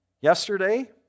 Yesterday